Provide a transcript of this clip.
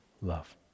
Love